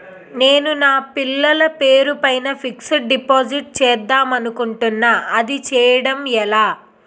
నేను నా పిల్లల పేరు పైన ఫిక్సడ్ డిపాజిట్ చేద్దాం అనుకుంటున్నా అది చేయడం ఎలా?